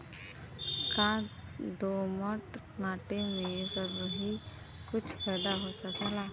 का दोमट माटी में सबही कुछ पैदा हो सकेला?